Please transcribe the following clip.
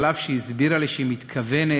אף שהיא הסבירה לי שהיא מתכוונת